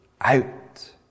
out